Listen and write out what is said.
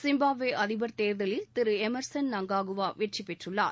Zimbabwe அதிபர் தேர்தலில் திரு எமர்சன் நங்காகுவா வெற்றி பெற்றுள்ளார்